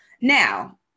Now